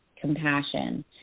compassion